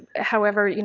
however,